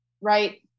Right